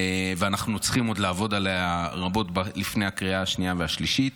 ואנחנו צריכים עוד לעבוד עליה רבות לפני הקריאה השנייה והשלישית.